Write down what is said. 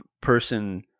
person